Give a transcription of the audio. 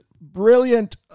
brilliant